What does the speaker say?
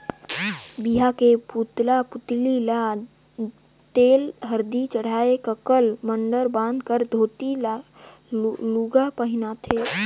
बिहा मे पुतला पुतली ल तेल हरदी चढ़ाथे ककन मडंर बांध कर धोती लूगा पहिनाथें